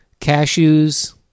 cashews